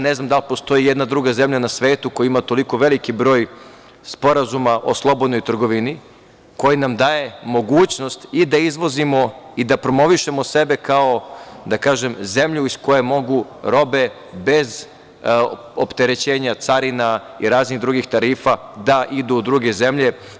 Ne znam da li postoji i jedna druga zemlja na svetu koja ima toliko veliki broj sporazuma o slobodnoj trgovini, koji nam daje mogućnost i da izvozimo i da promovišemo sebe kao, da kažem, zemlju iz koje mogu robe bez opterećenja, carina i raznih drugih tarifa da idu u druge zemlje.